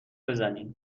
بزنی